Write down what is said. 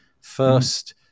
first